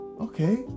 Okay